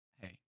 Hey